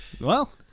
Well-